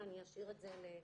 אני אשאיר את זה לידידי